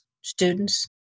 students